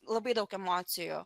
labai daug emocijų